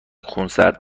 خونسرد